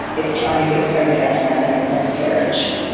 it's trying to get pregnant after my second miscarriage.